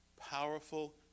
powerful